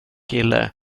kille